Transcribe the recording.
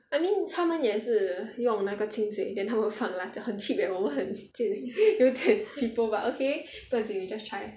I mean 他们也是用那个清水 then 他们放辣椒很 cheap leh 我们很贱有一点 cheapo but okay 不用紧 we just try